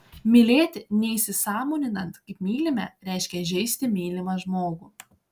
mylėti neįsisąmoninant kaip mylime reiškia žeisti mylimą žmogų